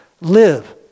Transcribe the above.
live